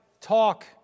talk